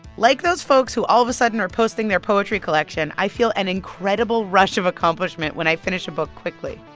like those folks who, all of a sudden, are posting their poetry collection, i feel an incredible rush of accomplishment when i finish a book quickly.